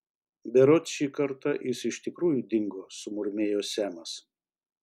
berods šį kartą jis iš tikrųjų dingo sumurmėjo semas